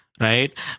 right